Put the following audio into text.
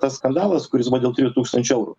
tas skandalas kuris buvo dėl trijų tūkstančių eurų